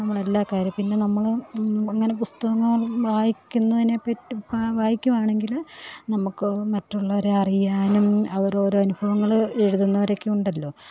നമ്മൾ എല്ലാ കാര്യം പിന്നെ നമ്മൾ അങ്ങനെ പുസ്തകങ്ങൾ വായിക്കുന്നതിനെ പറ്റി ഇപ്പം വായിക്കുകയാണെങ്കിൽ നമുക്ക് മറ്റുള്ളവരെ അറിയാനും ഓരോരോ അനുഭവങ്ങൾ എഴുതുന്നവരൊക്കെ ഉണ്ടല്ലോ